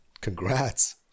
congrats